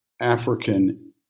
African